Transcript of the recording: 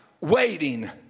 waiting